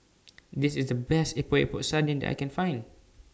This IS The Best Epok Epok Sardin that I Can Find